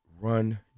run